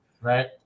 Right